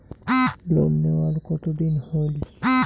Loan নেওয়ার কতদিন হইল?